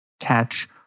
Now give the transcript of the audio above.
catch